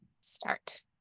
start